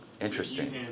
Interesting